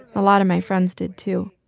a lot of my friends did too.